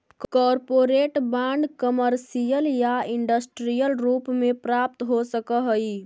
corporate bond commercial या industrial रूप में प्राप्त हो सकऽ हई